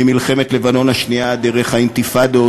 ממלחמת לבנון השנייה דרך האינתיפאדות,